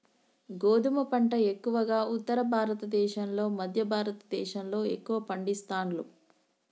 గోధుమ పంట ఎక్కువగా ఉత్తర భారత దేశం లో మధ్య భారత దేశం లో ఎక్కువ పండిస్తాండ్లు